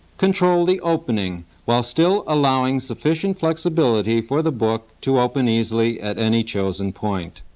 control the opening, while still allowing sufficient flexibility for the book to open easily at any chosen point.